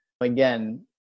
Again